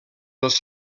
dels